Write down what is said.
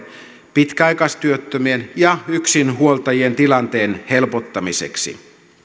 pitkäaikaistyöttömien ja yksinhuoltajien tilanteen helpottamiseksi